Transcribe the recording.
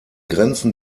grenzen